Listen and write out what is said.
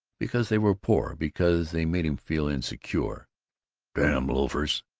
because they were poor, because they made him feel insecure damn loafers!